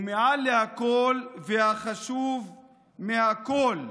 ומעל לכול והחשוב מכול,